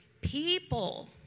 people